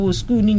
school